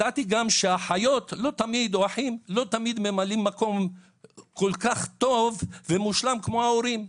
אחים ואחיות לא תמיד ממלאים מקום טוב ומושלם כמו הורים.